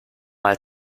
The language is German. mal